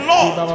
Lord